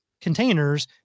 containers